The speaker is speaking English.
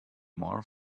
more